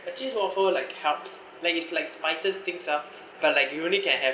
cheese waffle like helps like it like spices things up but like you only can have